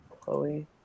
Chloe